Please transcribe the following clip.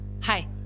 hi